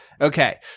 Okay